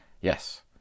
Yes